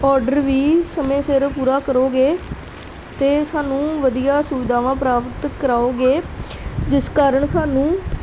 order ਵੀ ਸਮੇਂ ਸਿਰ ਪੂਰਾ ਕਰੋਗੇ ਅਤੇ ਸਾਨੂੰ ਵਧੀਆ ਸੁਵਿਧਾਵਾਂ ਪ੍ਰਾਪਤ ਕਰਾਓਗੇ ਜਿਸ ਕਾਰਨ ਸਾਨੂੰ